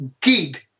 gig